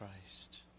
Christ